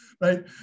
right